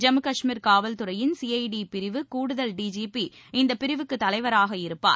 ஜம்மு கஷ்மீர் காவல்துறையின் சிஜடி பிரிவு கூடுதல் டிஜிபி இந்த பிரிவுக்கு தலைவராக இருப்பார்